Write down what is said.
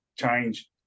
change